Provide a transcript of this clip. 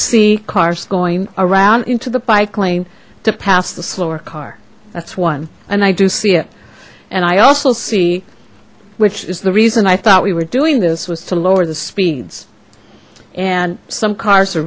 see cars going around into the bike lane to pass the slower car that's one and i do see it and i also see which is the reason i thought we were doing this was to lower the speeds and some cars are